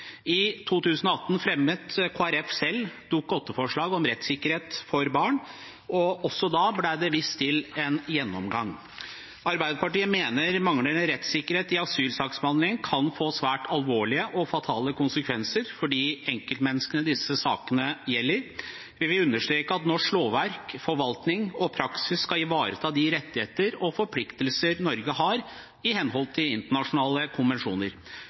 I 2018 fremmet Kristelig Folkeparti selv et Dokument 8-forslag om rettssikkerhet for barn. Også da ble det vist til en gjennomgang. Arbeiderpartiet mener manglende rettssikkerhet i asylsaksbehandlingen kan få svært alvorlige og fatale konsekvenser for de enkeltmenneskene disse sakene gjelder. Vi vil understreke at norsk lovverk, forvaltning og praksis skal ivareta de rettigheter og forpliktelser Norge har i henhold til internasjonale konvensjoner.